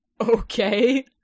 Okay